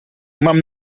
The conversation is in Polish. mam